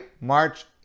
March